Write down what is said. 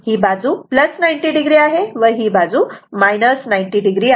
ही बाजू 90 o आहे व ही बाजू 90 o आहे